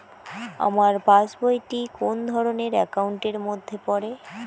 আমার passbook টি কোন ধরণের একাউন্ট এর মধ্যে পড়ে?